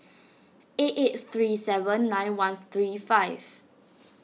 eight eight three seven nine one three five